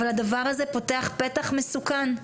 אבל הדבר הזה פותח פתח מסוכן.